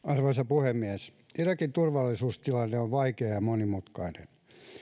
arvoisa puhemies irakin turvallisuustilanne on vaikea ja monimutkainen